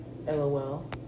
LOL